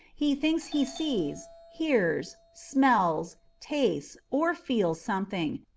he thinks he sees, hears, smells, tastes, or feels something,